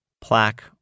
plaque